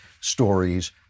stories